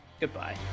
Goodbye